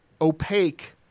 opaque